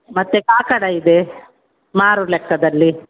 ಮತ್ತೆ ಕಾಕಡ ಇದೆ ಮಾರು ಲೆಕ್ಕದಲ್ಲಿ